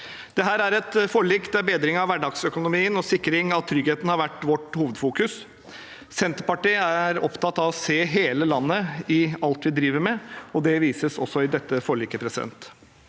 Dette er et forlik der bedring av hverdagsøkonomi og sikring av trygghet har vært vårt hovedfokus. Senterpartiet er opptatt av å se hele landet i alt vi driver med, og det vises også i dette forliket.